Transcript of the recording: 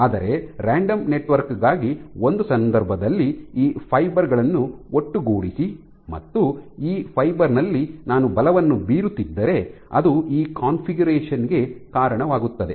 ಆದರೆ random network ಗಾಗಿ ಒಂದು ಸಂದರ್ಭದಲ್ಲಿ ಈ ಫೈಬರ್ ಗಳನ್ನು ಒಟ್ಟುಗೂಡಿಸಿ ಮತ್ತು ಈ ಫೈಬರ್ ನಲ್ಲಿ ನಾನು ಬಲವನ್ನು ಬೀರುತ್ತಿದ್ದರೆ ಅದು ಈ ಕಾನ್ಫಿಗರೇಶನ್ ಗೆ ಕಾರಣವಾಗುತ್ತದೆ